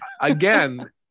again